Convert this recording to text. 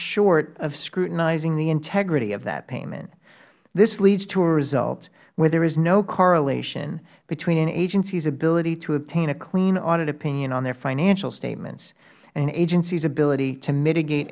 short of scrutinizing the integrity of that payment this leads to a result where there is no correlation between an agency's ability to obtain a clean audit opinion on their financial statements and an agency's ability to mitigate